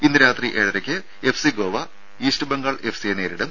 ഇന്ന് രാത്രി ഏഴരയ്ക്ക് എഫ്സി ഗോവ ഈസ്റ്റ് ബംഗാൾ എഫ്സിയെ നേരിടും